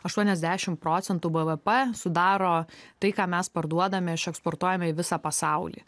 aštuoniasdešim procentų bvp sudaro tai ką mes parduodame išeksportuojame į visą pasaulį